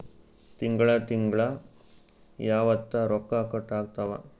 ತಿಂಗಳ ತಿಂಗ್ಳ ಯಾವತ್ತ ರೊಕ್ಕ ಕಟ್ ಆಗ್ತಾವ?